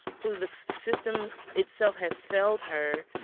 who the system itself has failed her,